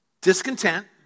discontent